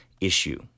issue